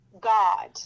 God